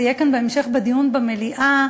זה יהיה כאן בהמשך בדיון במליאה,